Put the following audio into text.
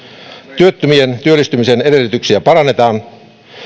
työttömien työllistymisen edellytyksiä parannetaan